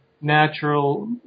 natural